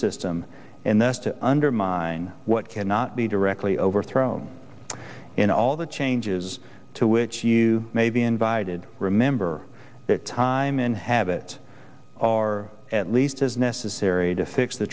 system and thus to undermine what cannot be directly overthrown in all the changes to which you may be invited remember that time and have it are at least as necessary to fix the